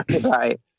Right